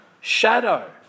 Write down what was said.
shadow